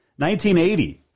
1980